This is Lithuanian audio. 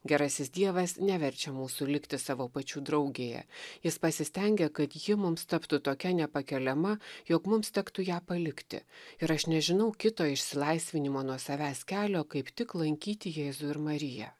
gerasis dievas neverčia mūsų likti savo pačių draugėje jis pasistengia kad ji mums taptų tokia nepakeliama jog mums tektų ją palikti ir aš nežinau kito išsilaisvinimo nuo savęs kelio kaip tik lankyti jėzų ir mariją